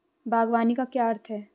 बागवानी का क्या अर्थ है?